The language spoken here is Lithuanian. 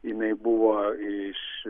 jinai buvo iš